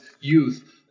youth